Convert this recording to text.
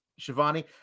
shivani